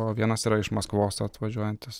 o vienas yra iš maskvos atvažiuojantis